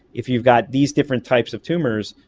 if you've got these different types of tumours,